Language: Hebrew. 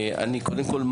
קודם כל,